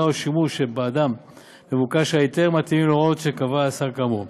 או השימוש שבעדם מבוקש ההיתר מתאימים להוראות שקבע השר כאמור.